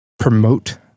promote